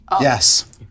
Yes